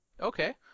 Okay